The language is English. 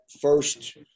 first –